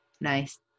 Nice